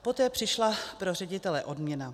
Poté přišla pro ředitele odměna.